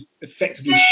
effectively